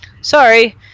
sorry